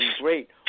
great